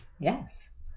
Yes